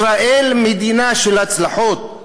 ישראל, מדינה של הצלחות.